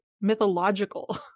mythological